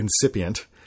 incipient